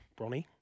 Bronny